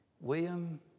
William